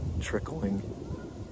trickling